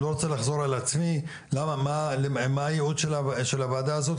אני לא רוצה לחזור על עצמי מה היעוד של הוועדה הזו.